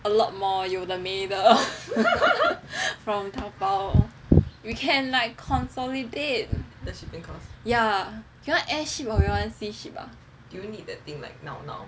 a lot more 有的没的 from 淘宝 we can like consolidate ya you want air ship or sea ship ah